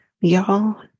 Y'all